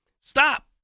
Stop